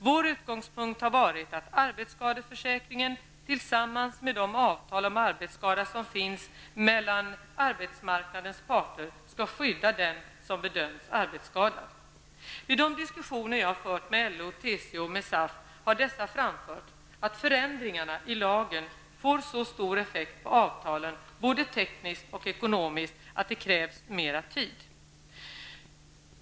Vår utgångspunkt har varit att arbetsskadeförsäkringen tillsammans med de avtal om arbetsskada som finns mellan arbetsmarknadens parter skall skydda den som bedömts vara arbetsskadad. Vid de diskussioner jag har fört med LO, TCO och SAF har dessa framfört att förändringarna i lagen får så stor effekt på avtalen, både tekniskt och ekonomiskt, att det krävs mer tid.